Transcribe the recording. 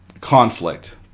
conflict